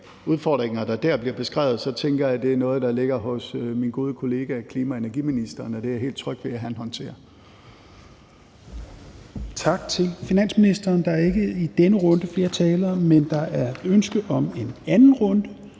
udfordringer, der dér bliver beskrevet, så tænker jeg, at det er noget, der ligger hos min gode kollega, klima-, energi- og forsyningsministeren, og det er jeg helt tryg ved at han håndterer. Kl. 17:15 Fjerde næstformand (Rasmus Helveg Petersen): Tak til finansministeren. Der er ikke i denne runde flere talere, men der er ønske om en anden runde,